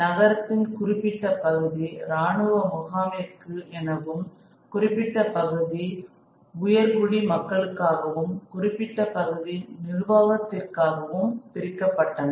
நகரத்தின் குறிப்பிட்ட பகுதி ராணுவ முகாமிற்கு எனவும் குறிப்பிட்ட பகுதி உயர்குடி மக்களுக்காகவும் குறிப்பிட்ட பகுதி நிர்வாகத்திற்காக பிரிக்கப்பட்டன